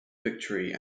victory